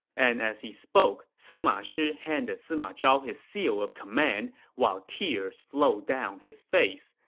and as he spoke, sima shi handed sima zhao his seal of command while tears flowed down his face.